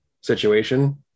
situation